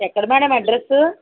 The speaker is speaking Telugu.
ఎక్కడ మ్యాడమ్ అడ్రస్సు